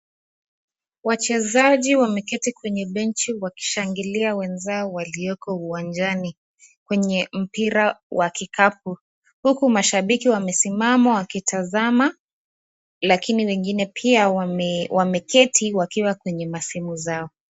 Wachezaji wameketi kwenye benchi wakishangilia wenzao walioko uwanjani kwenye mpira wa kikapu. Huku mashabiki wamesimama wakitazama lakini wengine pia wameketi wakiwa kwenye masimu zao.